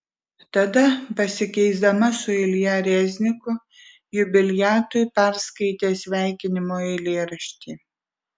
tada pasikeisdama su ilja rezniku jubiliatui perskaitė sveikinimo eilėraštį